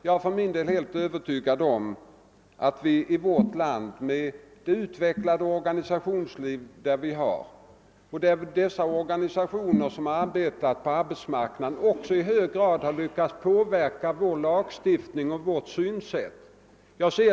Jag finner det värdefullt att de många organisationer som är verksamma på arbetsmarknaden här i landet i så hög grad har lyckats påverka vår lagstiftning och vårt synsätt.